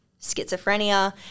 schizophrenia